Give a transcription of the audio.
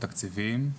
התקציבים.